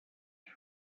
and